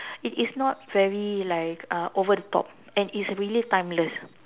it it's not very like uh over the top and it's really timeless